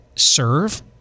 serve